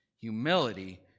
humility